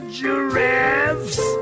giraffes